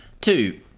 Two